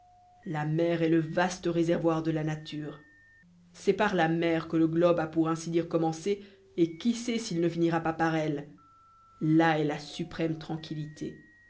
la mer est le vaste réservoir de la nature c'est par la mer que le globe a pour ainsi dire commencé et qui sait s'il ne finira pas par elle là est la suprême tranquillité